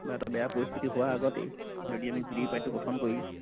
বা এটা বেয়া পৰিস্থিতি হোৱাৰ আগতেই যদি আমি ভি ডি পি পাৰ্টিটো গঠন কৰি